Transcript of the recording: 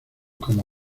como